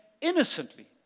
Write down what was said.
innocently